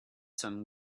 some